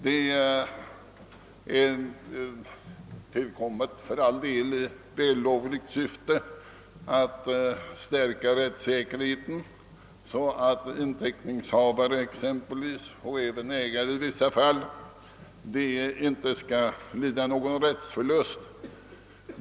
Det är för all del tillkommet i vällovligt syfte att stärka rättssäkerheten, så att exempelvis inteckningshavare och även i vissa fall ägare inte skall lida någon rättsförlust.